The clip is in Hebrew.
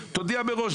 תודיע מראש,